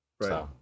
Right